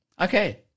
Okay